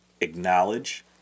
acknowledge